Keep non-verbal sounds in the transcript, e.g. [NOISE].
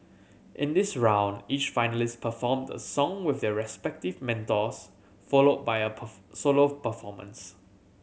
in this round each finalist performed a song with their respective mentors followed by a [UNINTELLIGIBLE] solo performance